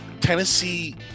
tennessee